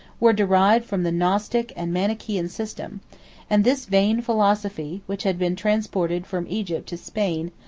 were derived from the gnostic and manichaean system and this vain philosophy, which had been transported from egypt to spain,